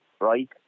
right